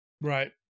Right